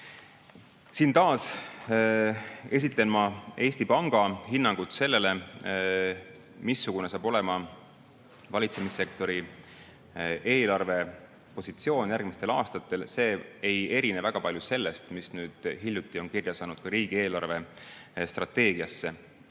Siin esitan taas Eesti Panga hinnangu sellele, missugune on valitsemissektori eelarvepositsioon järgmistel aastatel. See ei erine väga palju sellest, mis nüüd hiljuti on kirja saanud riigi eelarvestrateegiasse.